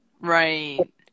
Right